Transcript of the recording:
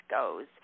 goes